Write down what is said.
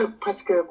presque